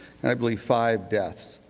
and i believe five deaths.